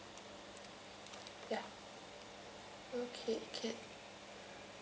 ya okay can